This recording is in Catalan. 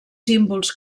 símbols